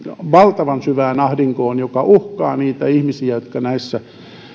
valtavan syvään ahdinkoon joka uhkaa niitä ihmisiä taloudellisella ahdingolla jotka näissä